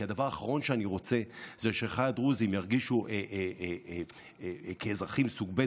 והדבר האחרון שאני רוצה הוא שאחיי הדרוזים ירגישו כאזרחים סוג ב',